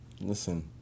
Listen